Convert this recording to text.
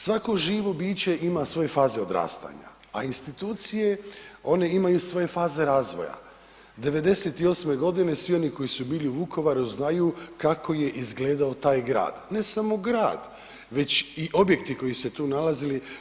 Svako živo biće ima svoje faze odrastanja, a institucije one imaju svoje faze razvoja, '98. godine svi oni koji su bili u Vukovaru znaju kako je izgledao taj grad, ne samo grad već i objekti koji su se tu nalazili.